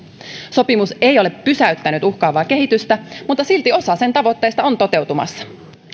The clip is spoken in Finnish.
sopimus ei ole pysäyttänyt uhkaavaa kehitystä mutta silti osa sen tavoitteista on toteutumassa